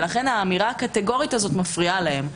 ולכן האמירה הקטגורית הזאת מפריעה להם.